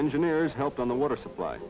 engineers help on the water supply